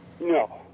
No